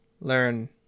learn